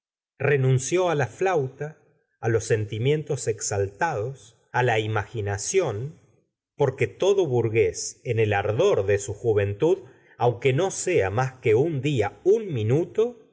renunció á la flauta á los sentimientos exaltados á la imaginación porque todo burg ués en el ardor de su juventud aunque no sea más que un día un minuto